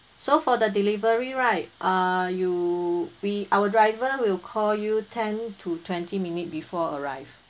so for the delivery right err you we our driver will call you ten to twenty minutes before arrive